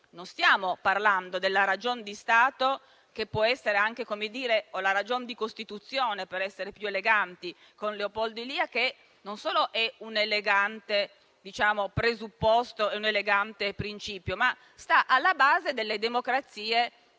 Non stiamo parlando della ragion di Stato o della ragion di Costituzione, per essere più eleganti con Leopoldo Elia, che non solo è un elegante presupposto e un elegante principio, ma sta anche alla base delle democrazie liberali.